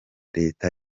leta